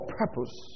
purpose